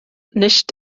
nicht